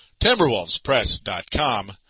TimberwolvesPress.com